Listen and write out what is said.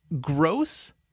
gross